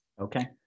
okay